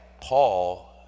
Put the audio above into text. Paul